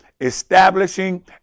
establishing